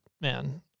man